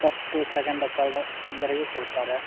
first second third ಬಂದೋರಿಗೆ ಕೊಡುತ್ತಾರೆ